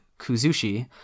Kuzushi